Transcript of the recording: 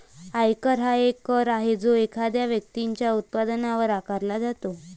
आयकर हा एक कर आहे जो एखाद्या व्यक्तीच्या उत्पन्नावर आकारला जातो